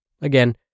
Again